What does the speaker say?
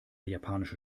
japanische